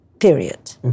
Period